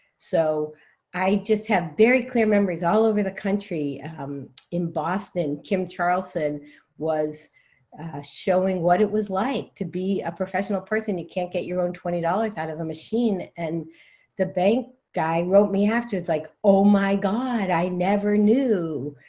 so i just have very clear memories, all over the country um in boston, kim charleston was showing what it was like to be a professional person. you can't get your own twenty dollars out of a machine. and the bank guy wrote me afterwards, like, oh, my god, i never knew.